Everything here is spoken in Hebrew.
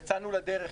יצאנו לדרך,